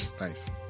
Nice